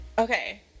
Okay